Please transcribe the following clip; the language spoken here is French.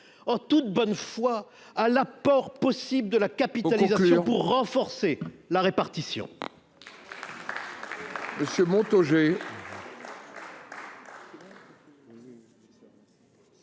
en toute bonne foi à l'apport possible de la capitalisation pour renforcer la répartition